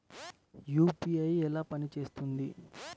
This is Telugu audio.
యూ.పీ.ఐ ఎలా పనిచేస్తుంది?